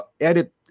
edit